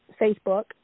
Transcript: Facebook